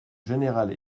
générale